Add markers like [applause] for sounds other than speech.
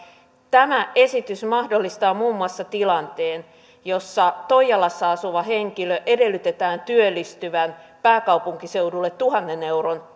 tämä esitys mahdollistaa muun muassa tilanteen jossa toijalassa asuvan henkilön edellytetään työllistyvän pääkaupunkiseudulle tuhannen euron [unintelligible]